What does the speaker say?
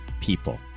people